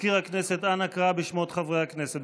מזכיר הכנסת, אנא קרא בשמות חברי הכנסת.